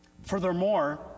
Furthermore